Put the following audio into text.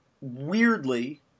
weirdly